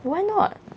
why not